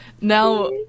Now